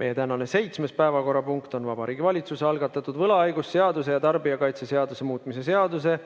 Meie tänane seitsmes päevakorrapunkt on Vabariigi Valitsuse algatatud võlaõigusseaduse ja tarbijakaitseseaduse muutmise seaduse